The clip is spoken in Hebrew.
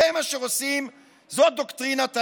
זה מה שעושים, זאת דוקטרינת ההלם.